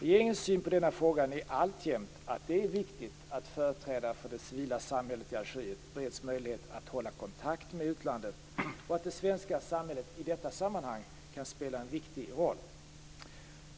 Regeringens syn på denna fråga är alltjämt att det är viktigt att företrädare för det civila samhället i Algeriet bereds möjlighet att hålla kontakt med utlandet och att det svenska samhället i detta sammanhang kan spela en viktig roll.